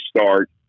start